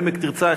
עמק תרצה,